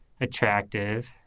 attractive